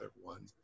one